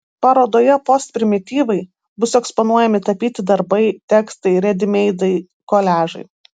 parodoje postprimityvai bus eksponuojami tapyti darbai tekstai redimeidai koliažai